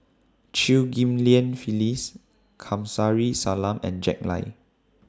Chew Ghim Lian Phyllis Kamsari Salam and Jack Lai